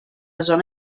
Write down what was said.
zona